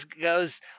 goes